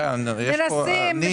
מנסים.